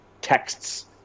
texts